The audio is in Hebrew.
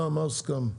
מה הוסכם?